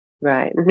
Right